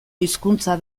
hizkuntza